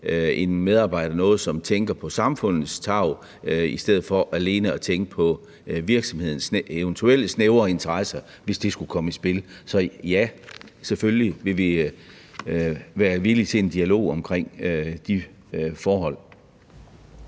en medarbejder noget, som tænker på samfundets tarv i stedet for alene at tænke på virksomhedens eventuelle snævre interesser, hvis det skulle komme i spil. Så ja, selvfølgelig vil vi være villige til en dialog omkring de forhold.